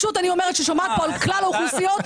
אני אומרת כשאני שומעת פה על כלל האוכלוסיות,